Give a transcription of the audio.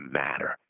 matter